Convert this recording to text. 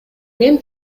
мен